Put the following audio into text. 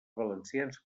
valencians